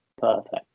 Perfect